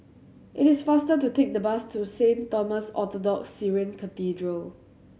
it is faster to take the bus to Saint Thomas Orthodox Syrian Cathedral